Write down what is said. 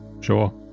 Sure